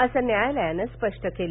असं न्यायालयानं स्पष्ट केलं